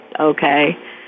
okay